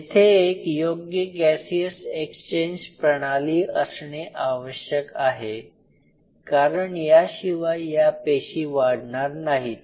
येथे एक योग्य गॅसियस एक्सचेंज प्रणाली असणे आवश्यक आहे कारण याशिवाय या पेशी वाढणार नाहीत